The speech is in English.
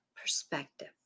perspective